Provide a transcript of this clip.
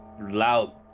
loud